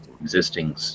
existing